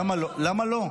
למה לא?